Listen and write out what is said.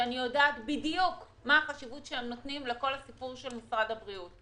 שאני יודעת בדיוק מה החשיבות שהם נותנים לכל הסיפור של משרד הבריאות.